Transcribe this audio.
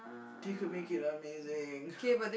they could make it amazing